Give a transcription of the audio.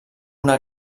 una